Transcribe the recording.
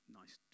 nice